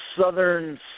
Southern